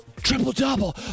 Triple-double